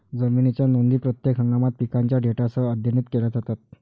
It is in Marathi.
जमिनीच्या नोंदी प्रत्येक हंगामात पिकांच्या डेटासह अद्यतनित केल्या जातात